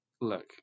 look